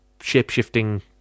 shape-shifting